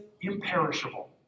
imperishable